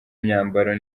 imyambaro